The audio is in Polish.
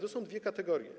To są dwie kategorie.